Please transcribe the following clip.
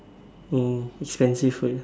hmm expensive food ah